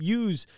use